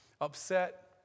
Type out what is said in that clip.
upset